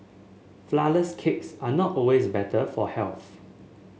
flourless cakes are not always better for health